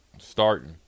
starting